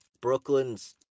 Brooklyn's